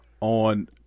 on